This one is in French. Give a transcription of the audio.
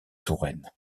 touraine